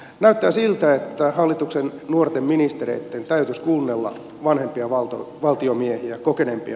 näyttää siltä että hallituksen nuorten ministereitten täytyisi kuunnella vanhempia valtiomiehiä kokeneempia valtiomiehiä